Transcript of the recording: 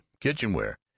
kitchenware